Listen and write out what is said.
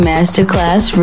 Masterclass